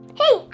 hey